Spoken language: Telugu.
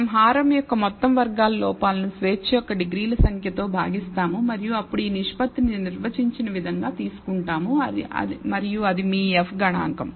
మనం హారం యొక్క మొత్తం వర్గాల లోపాలను స్వేచ్ఛ యొక్క డిగ్రీల సంఖ్య తో భాగిస్తాము మరియు అప్పుడు ఈ నిష్పత్తిని నిర్వచించిన విధంగా తీసుకుంటాం మరియు అది మీ F గణాంకం